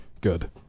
Good